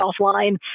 offline